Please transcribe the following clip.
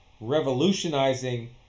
revolutionizing